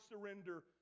surrender